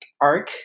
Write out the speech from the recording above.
arc